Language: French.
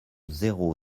zéro